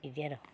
इदि आरो